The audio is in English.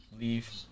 Leave